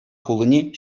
хулине